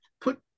put